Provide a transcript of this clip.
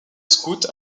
scout